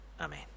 Amen